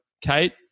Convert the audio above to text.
Kate